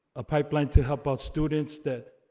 a pipeline to help out students that,